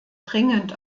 dringend